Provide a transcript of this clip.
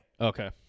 Okay